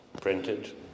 printed